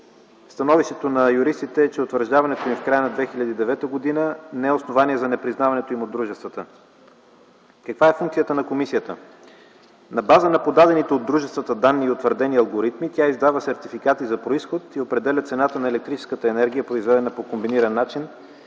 Становището на юристите е, че утвърждаването им в края на 2009 г. не е основание за непризнаването им от дружествата. Каква е функцията на комисията? На база на подадените от дружествата данни и утвърдени алгоритми тя издава сертификати за произход и определя цената на електрическата енергия, произведена по комбиниран начин,